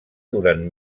durant